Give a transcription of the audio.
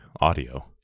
audio